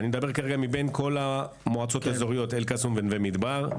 מבין כל המועצות האזוריות אל קסום ונווה מדבר,